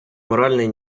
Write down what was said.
моральний